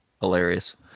Hilarious